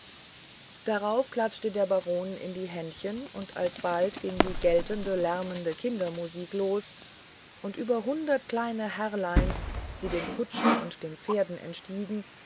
darauf klatschte der baron in die händchen und alsbald ging die geltende lärmende kindermusik los und über hundert kleine herrlein die den kutschen und den pferden entstiegen